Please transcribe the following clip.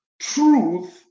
Truth